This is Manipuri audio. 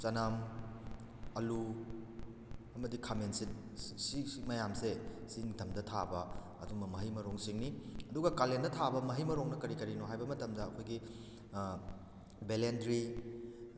ꯆꯅꯝ ꯑꯂꯨ ꯑꯃꯗꯤ ꯈꯥꯃꯦꯟ ꯑꯁꯤꯟ ꯁꯤ ꯃꯌꯥꯝꯁꯦ ꯁꯤ ꯅꯤꯡꯊꯝꯗ ꯊꯥꯕ ꯑꯗꯨꯒꯨꯝꯕ ꯃꯍꯩ ꯃꯔꯣꯡꯁꯤꯡꯅꯤ ꯑꯗꯨꯒ ꯀꯥꯂꯦꯟꯗ ꯊꯥꯕ ꯃꯍꯩ ꯃꯔꯣꯡꯅ ꯀꯔꯤ ꯀꯔꯤꯅꯣ ꯍꯥꯏꯕ ꯃꯇꯝꯗ ꯑꯩꯈꯣꯏꯒꯤ ꯕꯦꯂꯦꯟꯗ꯭ꯔꯤ